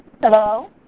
Hello